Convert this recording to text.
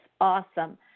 awesome